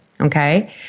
Okay